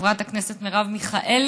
חברת הכנסת מרב מיכאלי,